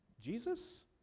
Jesus